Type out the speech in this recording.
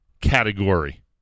category